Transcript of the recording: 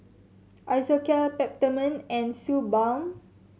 Isocal Peptamen and Suu Balm